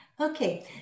Okay